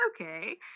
okay